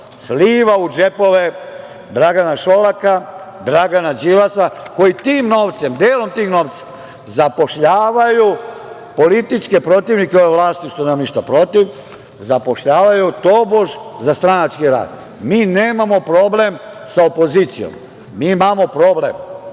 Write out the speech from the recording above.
sliva u džepove Dragana Šolaka, Dragana Đilasa koji tim novcem, telom tim novcem zapošljavaju političke protivnike ove vlasti, što nemam ništa protiv, zapošljavaju tobož za stranački rad. Mi nemamo problem sa opozicijom, mi imamo problem